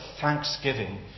thanksgiving